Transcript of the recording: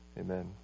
Amen